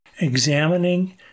Examining